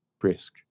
Brisk